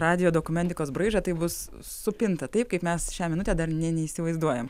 radijo dokumentikos braižą tai bus supinta taip kaip mes šią minutę dar nė neįsivaizduojam